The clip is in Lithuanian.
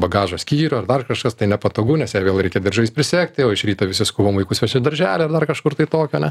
bagažo skyrių ar dar kažkas tai nepatogu nes ją vėl reikia diržais prisegti o iš ryto visi skubam vaikus vežti į darželį ar dar kažkur tai tokio ane